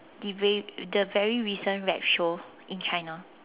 the very the very recent show rap show in China